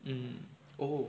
mm oh